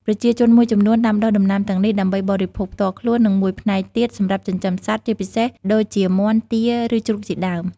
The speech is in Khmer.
ប្រជាជនមួយចំនួនដាំដុះដំណាំទាំងនេះដើម្បីបរិភោគផ្ទាល់ខ្លួន និងមួយផ្នែកទៀតសម្រាប់ចិញ្ចឹមសត្វ ជាពិសេសដូចជាមាន់ ទា ឬជ្រូកជាដើម។